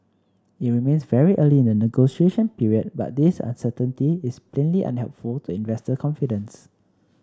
it remains very early in the negotiation period but this uncertainty is plainly unhelpful to investor confidence